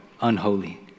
unholy